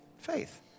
faith